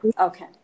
Okay